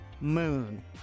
moon